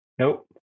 Nope